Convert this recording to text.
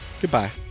Goodbye